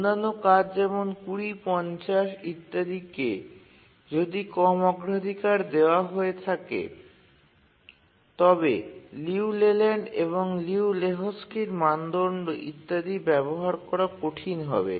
অন্যান্য কাজ যেমন ২০ ৫০ ইত্যাদিকে যদি কম অগ্রাধিকার দেওয়া হয়ে থাকে তবে লিউ লেল্যান্ড এবং লিউ লেহোকস্কির মানদণ্ড ইত্যাদি ব্যবহার করা কঠিন হবে